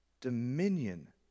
dominion